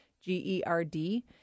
G-E-R-D